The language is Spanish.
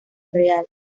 real